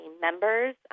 members